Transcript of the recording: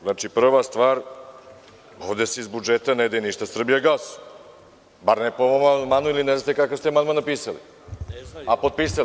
Znači prva stvar, ovde se iz budžeta ne daje ništa „Srbijagasu“, bar ne po ovom amandmanu, ili ne znate kakav ste amandman napisali, a potpisali.